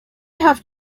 have